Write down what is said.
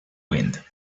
wind